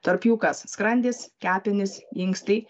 tarp jų kas skrandis kepenys inkstai